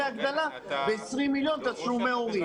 והגדלה ב-20 מיליון תשלומי הורים,